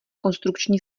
konstrukční